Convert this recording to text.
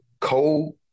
cold